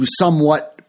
somewhat –